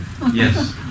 Yes